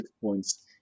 points